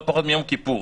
לא פחות מיום כיפור,